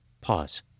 Pause